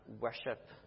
worship